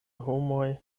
homoj